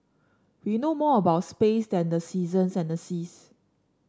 we know more about space than the seasons and the seas